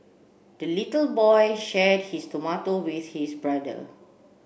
the little boy shared his tomato with his brother